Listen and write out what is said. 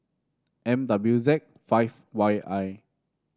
M W Z five Y I